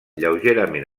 lleugerament